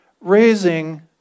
Raising